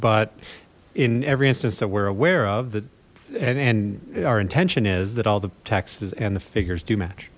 but in every instance that we're aware of that and and our intention is that all the text is and the figures do